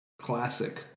classic